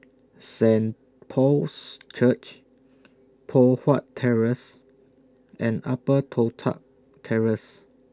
Saint Paul's Church Poh Huat Terrace and Upper Toh Tuck Terrace